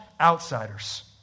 outsiders